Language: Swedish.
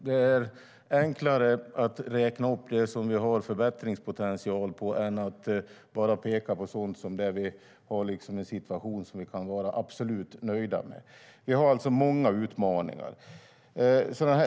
Det är enklare att räkna upp det som vi har förbättringspotential på än att bara peka på den situation som vi kan vara absolut nöjda med. Vi har alltså många utmaningar.